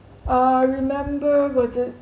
I remember was it